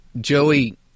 Joey